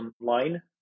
online